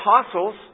apostles